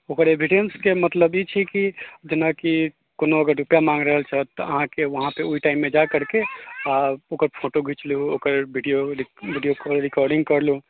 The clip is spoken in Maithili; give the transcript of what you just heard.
ओकर एविडेन्सके मतलब ई छै कि जेनाकि कोनो अगर रुपैआ माँगि रहल छौ अहाँके ओहि टाइममे वहाँ जाकरके आओर ओकर फोटो खीँचि लू ओकर वीडिओ वीडिओके रिकॉर्डिङ्ग कर लू